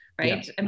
Right